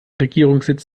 regierungssitz